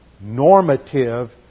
normative